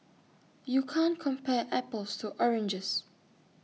you can't compare apples to oranges